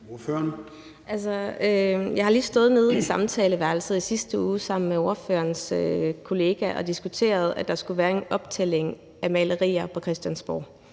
jeg har lige stået nede i Samtaleværelset i sidste uge sammen med ordførerens kollega og diskuteret det forhold, at der skulle være en optælling af malerier på Christiansborg.